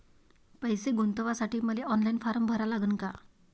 पैसे गुंतवासाठी मले ऑनलाईन फारम भरा लागन का?